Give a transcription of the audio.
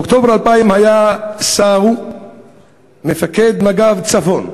באוקטובר 2000 היה סאו מפקד מג"ב צפון.